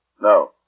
No